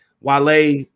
Wale